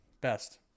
Best